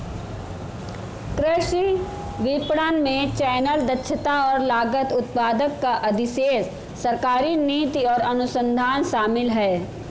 कृषि विपणन में चैनल, दक्षता और लागत, उत्पादक का अधिशेष, सरकारी नीति और अनुसंधान शामिल हैं